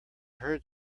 heard